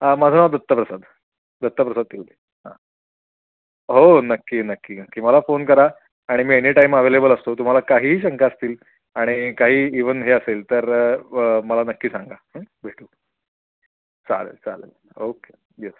हा माझं नाव दत्तप्रसाद दत्तप्रसाद शिंदे हां हो नक्की नक्की नक्की मला फोन करा आणि मी एनीटाईम अवेलेबल असतो तुम्हाला काहीही शंका असतील आणि काही इव्हन हे असेल तर मला नक्की सांगा भेटू चालेल चालेल ओके येस